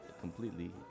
completely